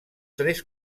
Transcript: tres